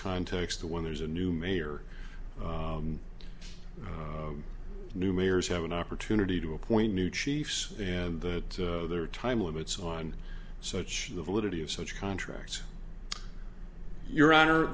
context when there's a new mayor new mayors have an opportunity to appoint new chiefs and that there are time limits on such the validity of such contract your honor